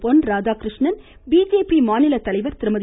பொன் Radhakrishnan BJP மாநிலத் தலைவர் திருமதி